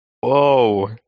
Whoa